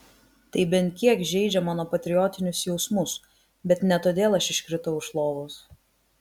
tai bent kiek žeidžia mano patriotinius jausmus bet ne todėl aš iškritau iš lovos